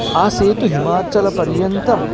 आसेतु हिमाचलपर्यन्तम्